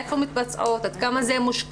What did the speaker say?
היכן הן מתבצעות ועד כמה זה מושקע,